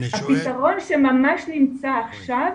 הפתרון שממש נמצא עכשיו,